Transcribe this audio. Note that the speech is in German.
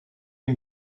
ihm